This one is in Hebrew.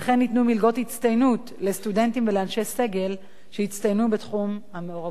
הצטיינות לסטודנטים ואנשי סגל שהצטיינו בתחום המעורבות החברתית.